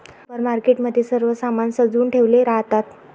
supermarket मध्ये सर्व सामान सजवुन ठेवले राहतात